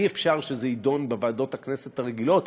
אי-אפשר שזה יידון בוועדות הכנסת הרגילות,